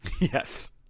Yes